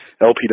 lpw